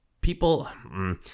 people